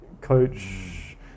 coach